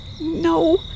No